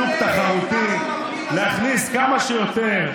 שוק תחרותי, להכניס כמה שיותר